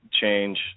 change